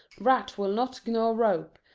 rat will not gnaw rope,